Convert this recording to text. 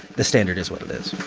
the standard is what is